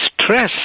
stress